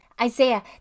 Isaiah